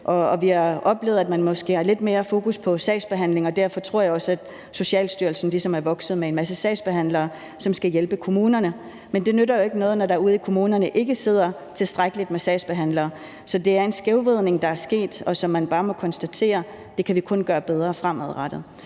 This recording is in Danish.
Vi har jo oplevet, at man måske har lidt mere fokus på sagsbehandlingen, og derfor tror jeg også, at Socialstyrelsen ligesom er vokset med en masse sagsbehandlere, som skal hjælpe kommunerne. Men det nytter jo ikke noget, når der ude i kommunerne ikke sidder tilstrækkelig med sagsbehandlere. Så det er en skævvridning, der er sket, og man må bare konstatere, at det kan vi kun gøre bedre fremadrettet.